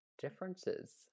differences